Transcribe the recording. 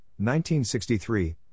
1963